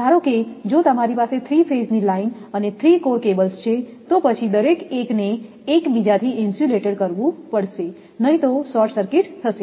ધારો કે જો તમારી પાસે 3 ફેઝ ની લાઇન અને 3 કોર કેબલ્સ છે તો પછી દરેક 1 ને એક બીજાથી ઇન્સ્યુલેટેડ કરવું પડશે નહીં તો શોર્ટ સર્કિટ થશે